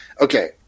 Okay